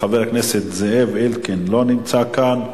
חבר הכנסת זאב אלקין, לא נמצא כאן.